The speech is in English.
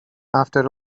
after